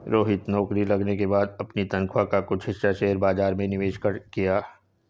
रोहित नौकरी लगने के बाद अपनी तनख्वाह का कुछ हिस्सा शेयर बाजार में निवेश किया